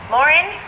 Lauren